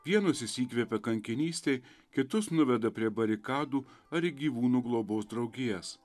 vienus jis įkvėpė kankinystei kitus nuveda prie barikadų ar į gyvūnų globos draugijas